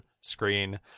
screen